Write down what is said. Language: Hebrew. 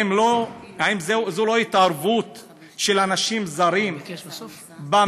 האם זו לא התערבות של אנשים זרים במדינה?